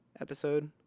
episode